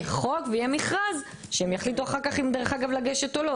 חוק ומכרז שאחר כך גם יחליטו אם לגשת או לא.